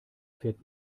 fährt